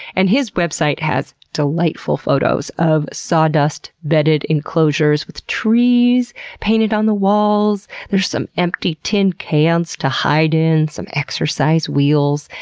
and his website has delightful photos of sawdust bedded enclosures with trees painted on the walls, there's some empty tin cans to hide in, some exercise wheels.